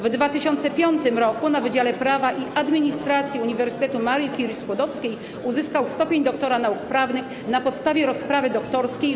W 2005 r. na Wydziale Prawa i Administracji Uniwersytetu Marii Curie-Skłodowskiej uzyskał stopień doktora nauk prawnych na podstawie rozprawy doktorskiej: